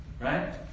Right